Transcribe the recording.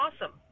Awesome